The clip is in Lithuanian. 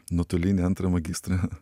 nuotolinį antrą magistrą